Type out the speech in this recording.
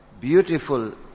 beautiful